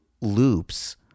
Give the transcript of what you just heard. loops